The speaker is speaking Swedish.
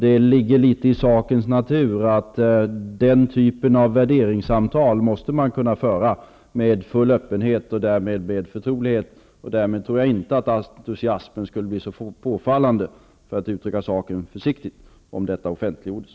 Det ligger litet i sakens natur att den typen av värderingssamtal måste kunna föras med full öppenhet och förtrolighet. Därför tror jag inte att entusiasmen skulle bli så påfallande, för att uttrycka saken försiktigt, om innehållet i dessa samtal offentliggjordes.